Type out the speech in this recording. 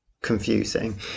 confusing